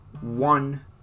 one